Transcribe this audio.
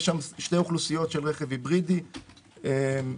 יש שתי אוכלוסיות של רכב היברידי ששונה